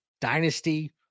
Dynasty